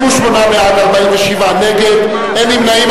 28 בעד, 47 נגד, אין נמנעים.